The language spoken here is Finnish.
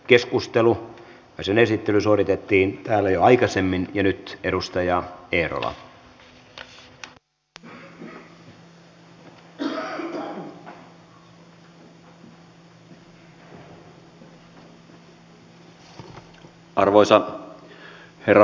keskustelu esineesittely suoritettiin täällä jo aikaisemmin ja nyt arvoisa herra puhemies